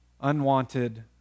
unwanted